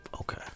Okay